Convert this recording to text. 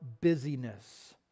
busyness